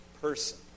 person